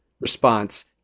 response